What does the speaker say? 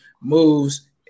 moves